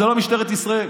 זה לא משטרת ישראל,